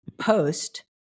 post